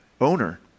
owner